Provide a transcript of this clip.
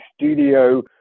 studio